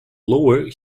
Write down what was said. lower